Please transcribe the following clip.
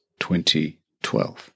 2012